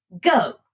Go